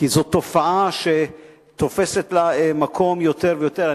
כי זאת תופעה שתופסת לה מקום יותר ויותר.